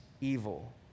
evil